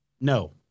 No